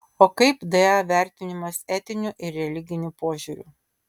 o kaip da vertinimas etiniu ir religiniu požiūriu